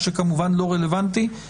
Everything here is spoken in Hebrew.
מה שלא רלוונטי,